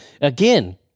again